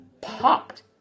popped